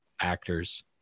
actors